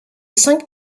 cinq